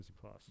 Plus